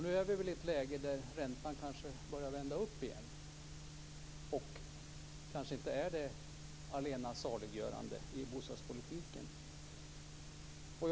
Nu är vi i ett läge där räntan kanske börjar vända uppåt igen och kanske inte längre är det allena saliggörande i bostadspolitiken.